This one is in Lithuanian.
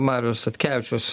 marius satkevičius